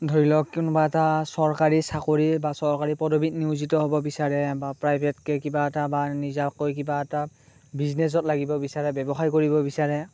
ধৰি লওক কোনোবা এটা চৰকাৰী চাকৰিয়ে বা চৰকাৰী পদৱীত নিয়োজিত হ'ব বিচাৰে বা প্ৰাইভেটকে কিবা এটা বা নিজাকৈ কিবা এটা বিজনেচত লাগিব বিচাৰে ব্যৱসায়ত লাগিব বিচাৰে